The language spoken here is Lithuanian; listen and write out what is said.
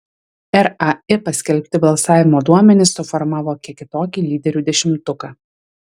rai paskelbti balsavimo duomenys suformavo kiek kitokį lyderių dešimtuką